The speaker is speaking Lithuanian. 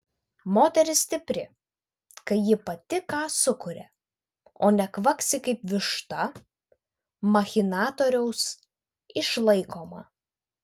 moteris stipri kai ji pati ką sukuria o ne kvaksi kaip višta machinatoriaus išlaikoma